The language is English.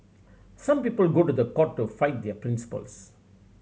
some people go to court to fight their principles